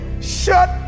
Shut